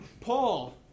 Paul